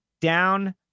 Down